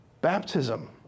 baptism